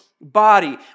body